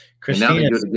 christina